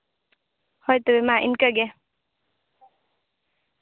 ᱦᱳᱭ ᱛᱚ ᱢᱟ ᱤᱱᱠᱟᱹ ᱜᱮ